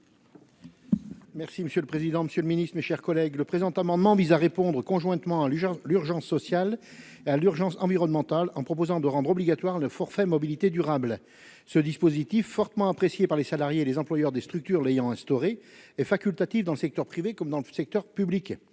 Merci monsieur le président, Monsieur le Ministre, mes chers collègues, le présent amendement vise à répondre conjointement à l'urgence, l'urgence sociale et à l'urgence environnementale en proposant de rendre obligatoire le forfait mobilité durable ce dispositif fortement appréciée par les salariés et les employeurs des structures, l'ayant instauré et facultatif dans le secteur privé comme dans le secteur public